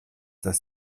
das